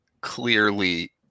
clearly